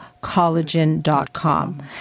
collagen.com